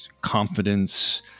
confidence